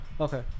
okay